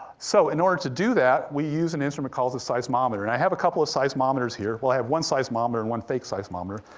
so, in order to do that, we use an instrument called a seismometer, and i have a couple of seismometers here, well, i have one seismometer and one fake seismometer.